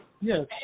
Yes